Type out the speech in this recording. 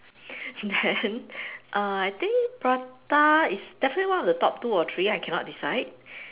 then uh I think prata is definitely one of the top two or three I cannot decide